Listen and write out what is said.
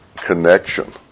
connection